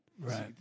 Right